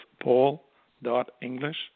paul.english